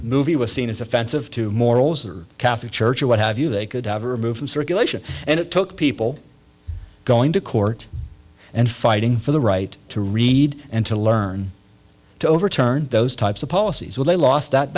movie was seen as offensive to morals or catholic church or what have you they could have removed from circulation and it took people going to court and fighting for the right to read and to learn to overturn those types of policies when they lost that